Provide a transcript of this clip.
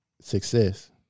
success